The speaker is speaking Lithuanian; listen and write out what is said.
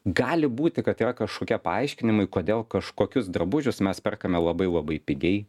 gali būti kad yra kažkokie paaiškinimai kodėl kažkokius drabužius mes perkame labai labai pigiai